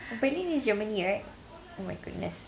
berlin is germany right oh my goodness